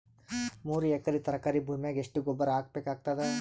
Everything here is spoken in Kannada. ಮೂರು ಎಕರಿ ತರಕಾರಿ ಭೂಮಿಗ ಎಷ್ಟ ಗೊಬ್ಬರ ಹಾಕ್ ಬೇಕಾಗತದ?